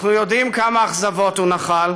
אנחנו יודעים כמה אכזבות הוא נחל,